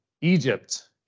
Egypt